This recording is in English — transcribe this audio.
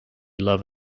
love